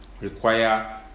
require